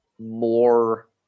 more